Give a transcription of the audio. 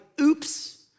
oops